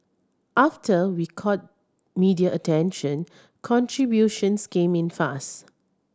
after we caught media attention contributions came in fast